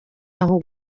aho